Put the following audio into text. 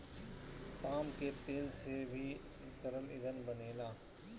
palm के तेल से भी तरल ईंधन बनेला